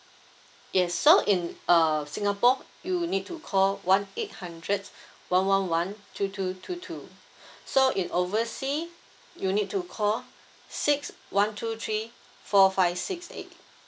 yes so in err singapore you need to call one eight hundred one one one two two two two so in oversea you need to call six one two three four five six eight